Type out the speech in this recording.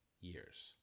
years